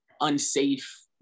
unsafe